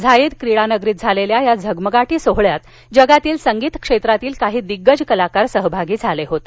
Zayed क्रीडा नगरीत झालेल्या या झगमगाटी सोहोळ्यात जगातील संगीत क्षेत्रातील काही दिग्गज कलाकार सहभागी झाले होते